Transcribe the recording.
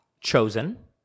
chosen